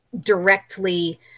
directly